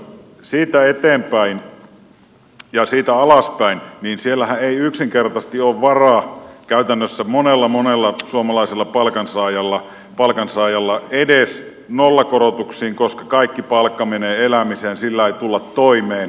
mutta siitä eteenpäin ja siitä alaspäin siellähän ei yksinkertaisesti ole varaa käytännössä monella monella suomalaisella palkansaajalla edes nollakorotuksiin koska kaikki palkka menee elämiseen sillä ei tulla toimeen